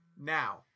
Now